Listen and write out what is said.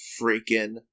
freaking